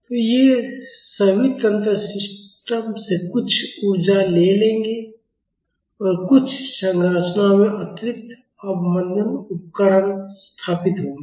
तो ये सभी तंत्र सिस्टम से कुछ ऊर्जा ले लेंगे और कुछ संरचनाओं में अतिरिक्त अवमंदन उपकरण स्थापित होंगे